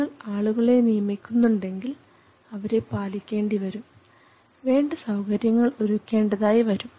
നിങ്ങൾ ആളുകളെ നിയമിക്കുന്നുണ്ടെങ്കിൽ അവരെ പാലിക്കേണ്ടി വരും വേണ്ട സൌകര്യങ്ങൾ ഒരുക്കേണ്ടതായി വരും